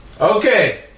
Okay